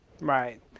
Right